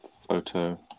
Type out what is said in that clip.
Photo